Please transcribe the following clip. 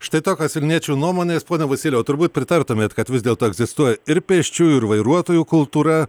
štai tokios vilniečių nuomonės pone vasilijau turbūt pritartumėt kad vis dėl to egzistuoja ir pėsčiųjų ir vairuotojų kultūra